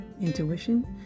intuition